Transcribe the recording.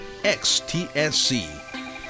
XTSC